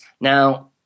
Now